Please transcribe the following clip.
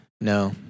No